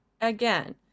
Again